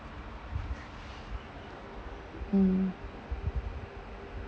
mm